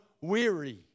weary